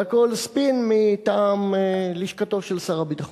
והכול ספין מטעם לשכתו של שר הביטחון?